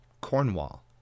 Cornwall